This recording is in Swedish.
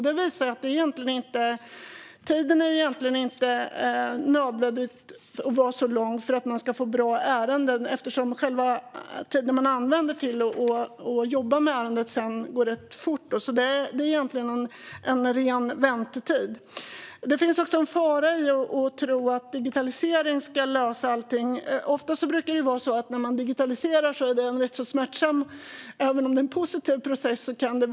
Detta tyder på att tiden egentligen inte nödvändigtvis behöver vara så lång för en bra ärendehantering. Själva tiden man använder för att jobba med ärendet går ganska fort. Det handlar alltså om en ren väntetid. Det finns dessutom en fara i att tro att digitalisering ska lösa allting. Oftast brukar tröskeln när man digitaliserar bli en smärtsam, om än positiv, process att komma över.